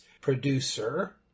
producer